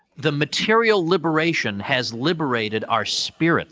the material liberation has liberated our spirits